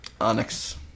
Onyx